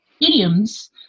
idioms